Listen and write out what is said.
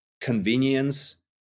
convenience